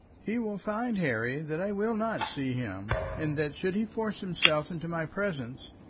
he will find, harry, that i will not see him and that should he force himself into my presence,